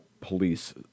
police